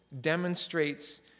demonstrates